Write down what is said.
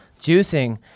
juicing